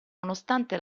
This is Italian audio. nonostante